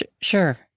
Sure